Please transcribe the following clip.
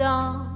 on